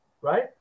right